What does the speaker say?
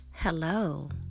Hello